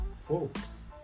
Folks